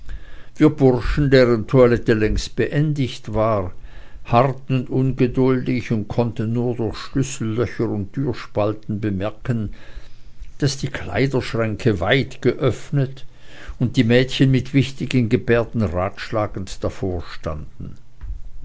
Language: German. wir bursche deren toilette längst beendigt war harrten ungeduldig und konnten nur durch schlüssellöcher und türspalten bemerken daß die kleiderschränke weit geöffnet und die mädchen mit wichtigen gebärden ratschlagend davorstanden